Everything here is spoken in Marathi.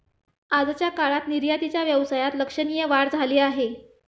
आजच्या काळात निर्यातीच्या व्यवसायात लक्षणीय वाढ झाली आहे